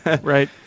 right